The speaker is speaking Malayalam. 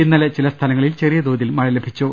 ഇന്നലെ ചില സ്ഥലങ്ങളിൽ ചെറിയ തോതിൽ മഴ ലഭിച്ചു